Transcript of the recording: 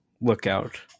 lookout